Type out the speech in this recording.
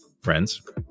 friends